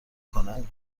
کنه